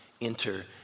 enter